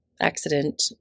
accident